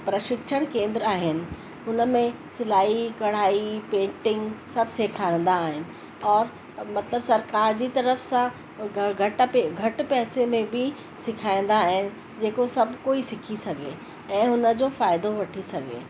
प्रक्षिशण केंद्र आहिनि हुन में सिलाई कढ़ाई पेंटिंग सबु सेखारंदा आहिनि और मतिलबु सरकारि जी तर्फ़ सां घटि पे घटि पैसे में बि सेखारींदा आहिनि जेको सभु कोई सिखी सघे ऐं हुन जो फ़ाइदो वठी सघे